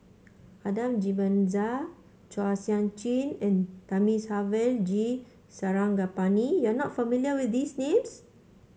Adan Jimenez Chua Sian Chin and Thamizhavel G Sarangapani you are not familiar with these names